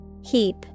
Heap